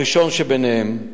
הראשון שבהם,